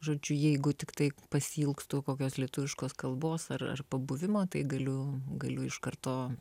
žodžiu jeigu tiktai pasiilgstu kokios lietuviškos kalbos ar pabuvimo tai galiu galiu iš karto